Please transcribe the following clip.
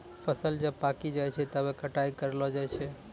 फसल जब पाक्की जाय छै तबै कटाई करलो जाय छै